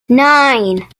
nine